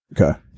Okay